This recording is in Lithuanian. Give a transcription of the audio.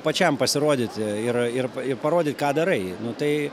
pačiam pasirodyti ir ir ir parodyk ką darai nu tai